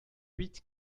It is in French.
huit